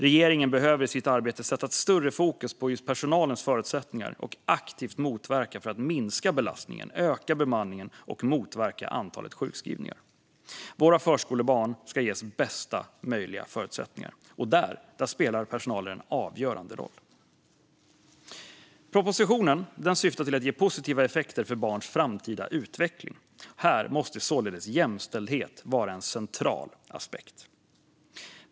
Regeringen behöver i sitt arbete sätta ett större fokus på personalens förutsättningar och aktivt arbeta med att minska belastningen, öka bemanningen och motverka antalet sjukskrivingar. Våra förskolebarn ska ges bästa möjliga förutsättningar. Och där spelar personalen en avgörande roll. Propositionen syftar till att ge positiva effekter för barns framtida utveckling. Här måste således jämställdhet vara en central aspekt.